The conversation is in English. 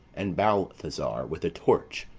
and balthasar with a torch,